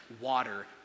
water